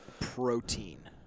protein